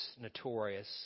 notorious